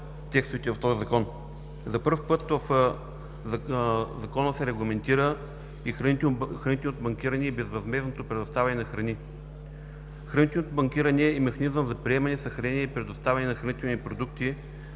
текстовете в този Закон. За пръв път в Закона се регламентират храните от банкиране и безвъзмездното предоставяне на храни. Хранителното банкиране е механизъм за приемане, съхранение и предоставяне на хранителни продукти